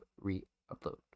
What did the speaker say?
re-upload